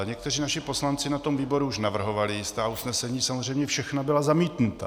Někteří naši poslanci na tom výboru už navrhovali jistá usnesení, samozřejmě všechna byla zamítnuta.